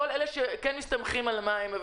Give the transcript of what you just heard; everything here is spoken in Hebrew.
כל אלה שמסתמכים על המים.